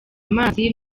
amazi